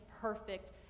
perfect